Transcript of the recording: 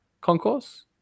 concourse